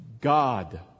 God